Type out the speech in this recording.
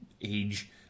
age